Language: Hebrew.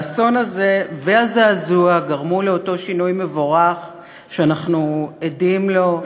והאסון הזה והזעזוע גרמו לאותו שינוי מבורך שאנחנו עדים לו,